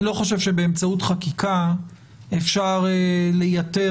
שאני לא חושב שבאמצעות חקיקה אפשר לייתר